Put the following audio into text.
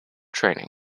training